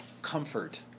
comfort